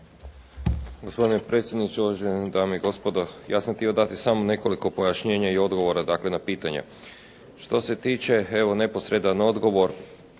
Hvala vam